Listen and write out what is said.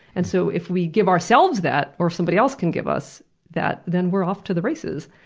and so if we give ourselves that, or somebody else can give us that, then we're off to the races.